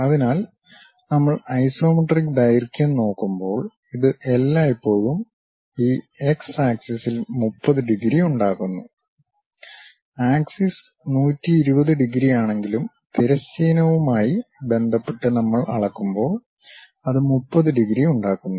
അതിനാൽ നമ്മൾ ഐസോമെട്രിക് ദൈർഘ്യം നോക്കുമ്പോൾ ഇത് എല്ലായ്പ്പോഴും ഈ എക്സ് ആക്സിസിൽ 30 ഡിഗ്രി ഉണ്ടാക്കുന്നു ആക്സിസ് 120 ഡിഗ്രിയാണെങ്കിലും തിരശ്ചീനവുമായി ബന്ധപ്പെട്ട് നമ്മൾ അളക്കുമ്പോൾ അത് 30 ഡിഗ്രി ഉണ്ടാക്കുന്നു